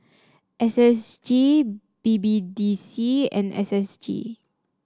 S S G B B D C and S S G